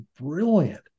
brilliant